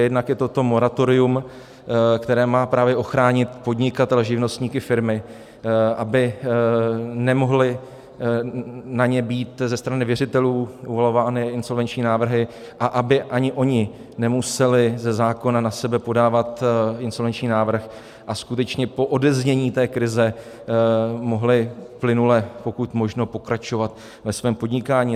Jednak to moratorium, které má právě ochránit podnikatele, živnostníky, firmy, aby nemohli na ně být ze strany věřitelů uvalovány insolvenční návrhy a aby ani oni nemuseli ze zákona na sebe podávat insolvenční návrh a skutečně po odeznění té krize mohli plynule, pokud možno, pokračovat ve svém podnikání.